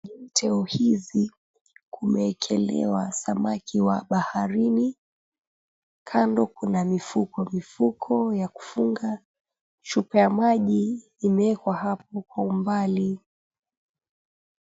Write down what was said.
Teo hizi kumeekelewa samaki wa baharini, kando kuna mifuko mifuko ya kufunga. Chupa ya maji imewekwa hapo kwa umbali.